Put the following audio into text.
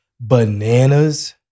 bananas